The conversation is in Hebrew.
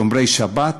שומרי שבת,